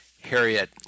Harriet